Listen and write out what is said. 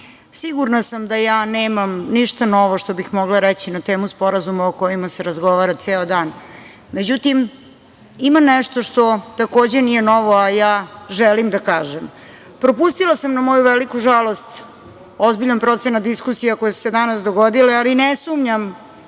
Sigurna sam da ja nemam ništa novo što bih mogla reći na temu sporazuma o kojima se razgovara ceo dan.Međutim, ima nešto što takođe nije novo, a ja želim da kažem. Propustila sam, na moju veliku žalost, ozbiljan procenat diskusije koje su se danas dogodile, ali ne sumnjam